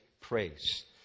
Praise